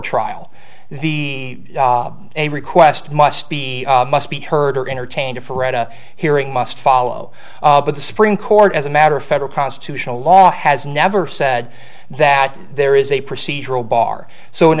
trial the a request must be must be heard or entertained for at a hearing must follow but the supreme court as a matter of federal constitutional law has never said that there is a procedural bar so an